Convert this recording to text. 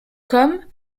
comme